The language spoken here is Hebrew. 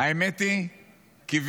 האמת היא שקיוויתי.